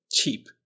cheap